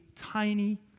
tiny